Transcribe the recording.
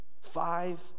five